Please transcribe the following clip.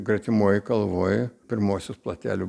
gretimoj kalvoj pirmuosius platelių